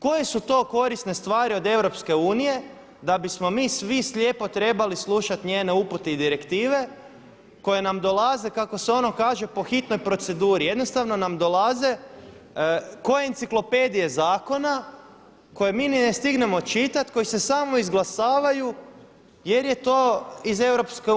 Koje su to korisne stvari od EU da bismo mi svi slijepo trebali slušati njene upute i direktive koje nam dolaze, kako se ono kaže po hitnoj proceduri, jednostavno nam dolaze ko enciklopedije zakona koje mi ni ne stignemo čitati, koji se samo izglasavaju jer je to iz EU.